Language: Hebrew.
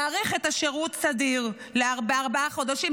שוקלת להאריך את שירות הסדיר בארבעה חודשים.